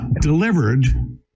delivered